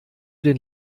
den